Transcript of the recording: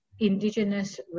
indigenous